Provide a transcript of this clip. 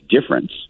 difference